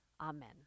Amen